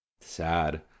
Sad